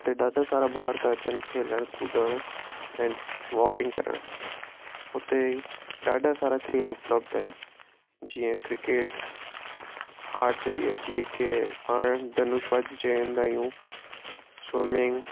हुते ॾाढा सारा ॿार था अचनि खेलण कूदण ऐं वॉकिंग करणु हुते डाढा सारा खेल उपलब्ध आहिनि जीअं क्रिकेट आर्चरी जीअं के पाण धनुष बाजी चईंदा आहियूं स्विमिंग